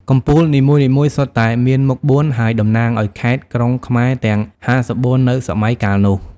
កំពូលនីមួយៗសុទ្ធតែមានមុខបួន ហើយតំណាងឱ្យខេត្ត-ក្រុងខ្មែរទាំង ៥៤ នៅសម័យកាលនោះ។